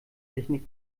technik